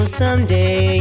someday